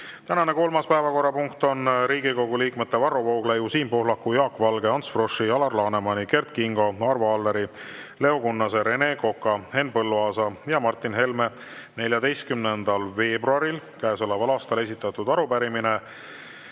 Tänane kolmas päevakorrapunkt on Riigikogu liikmete Varro Vooglaiu, Siim Pohlaku, Jaak Valge, Ants Froschi, Alar Lanemani, Kert Kingo, Arvo Alleri, Leo Kunnase, Rene Koka, Henn Põlluaasa ja Martin Helme 14. veebruaril käesoleval aastal esitatud arupärimine